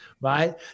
right